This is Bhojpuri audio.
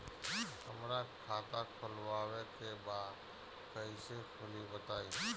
हमरा खाता खोलवावे के बा कइसे खुली बताईं?